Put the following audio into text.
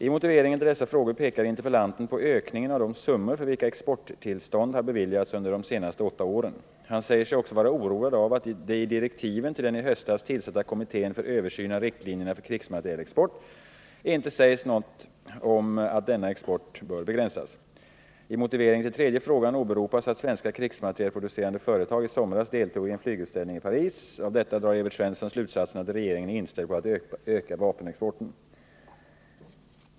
I motiveringen till dessa frågor pekar interpellanten på ökningen av summorna för beviljade exporttillstånd under de senaste åtta åren. Han säger sig också vara oroad av att det i direktiven till den i höstas tillsatta kommittén för översyn av riktlinjerna för krigsmaterielexport inte sägs något om att denna export bör begränsas. I motiveringen till tredje frågan åberopas att svenska krigsmaterielproducerande företag i somras deltog i en flygutställning i Paris. Av detta drar Evert Svensson slutsatsen att regeringen är inställd på ökad vapenexport.